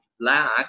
lack